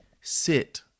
sit